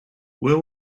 where